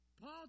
Paul